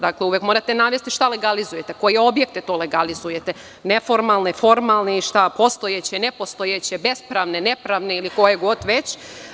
Dakle, uvek morate navesti šta legalizujete, koje objekte legalizujete – neformalne, formalne, postojeće, nepostojeće, bespravne, nepravne ili koje god već.